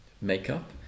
makeup